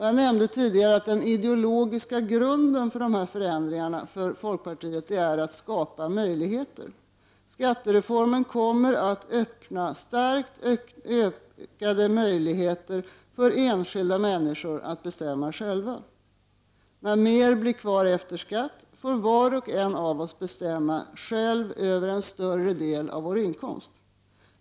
Jag nämnde tidigare att den ideologiska grunden för dessa förändringar för folkpartiet är att skapa möjligheter. Skattereformen kommer att medföra starkt ökade möjligheter för enskilda människor att bestämma själva. När mer blir kvar efter skatt får var och en av oss bestämma själv över en större del av vår inkomst.